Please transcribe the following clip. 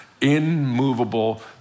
immovable